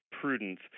prudence